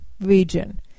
region